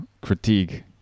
critique